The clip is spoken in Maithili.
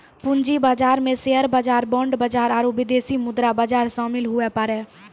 पूंजी बाजार मे शेयर बाजार बांड बाजार आरू विदेशी मुद्रा बाजार शामिल हुवै पारै